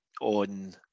on